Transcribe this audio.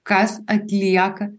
kas atlieka